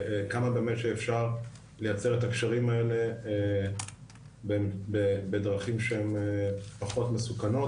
וכמה שאפשר לייצר את הקשרים האלה בדרכים שהן פחות מסוכנות,